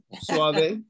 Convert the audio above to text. Suave